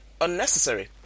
unnecessary